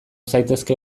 zaitezke